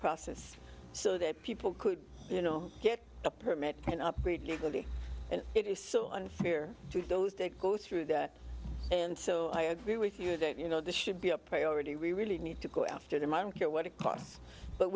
process so that people could you know get a permit and operate legally and it is so unfair to those that go through that and so i agree with you that you know this should be a priority we really need to go after them i don't care what it costs but